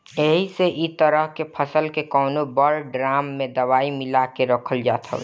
एही से इ तरह के फसल के कवनो बड़ ड्राम में दवाई मिला के रखल जात हवे